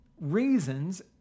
reasons